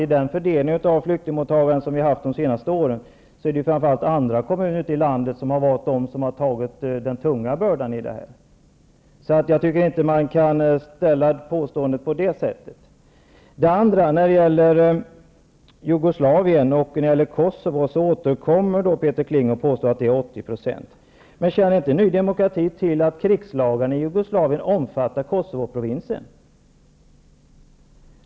Vid fördelningen av flyktingarna de senaste åren har andra kommuner i landet fått bära den tunga bördan. Därför tycker jag inte att man kan resonera på detta sätt. När det gäller Jugoslavien och Kosovo påstår Peter Kling på nytt att det rör sig om 80 %. Men känner inte Ny demokrati till att krigslagarna i Jugoslavien också omfattar Kosovoprovinsen?